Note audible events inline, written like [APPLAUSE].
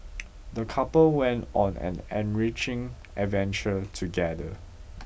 [NOISE] the couple went on an enriching adventure together